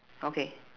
okay